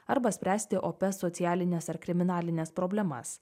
arba spręsti opias socialines ar kriminalines problemas